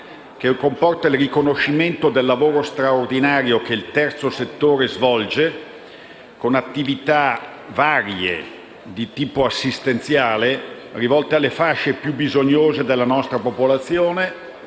che comporta il riconoscimento del lavoro straordinario che il terzo settore svolge, con varie attività di tipo assistenziale rivolte alle fasce più bisognose della nostra popolazione,